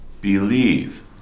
Believe